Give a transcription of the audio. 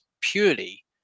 purely